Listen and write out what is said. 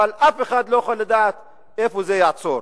אבל אף אחד לא יכול לדעת איפה זה יעצור.